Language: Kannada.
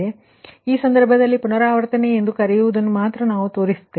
ಆದ್ದರಿಂದ ಈ ಸಂದರ್ಭದಲ್ಲಿ ಪುನರಾವರ್ತನೆ ಎಂದು ಕರೆಯುವುದನ್ನು ಮಾತ್ರ ನಾವು ತೋರಿಸುತ್ತೇವೆ